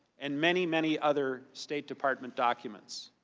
and many, many other state department documents.